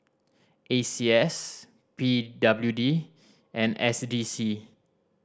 A C S P W D and S D C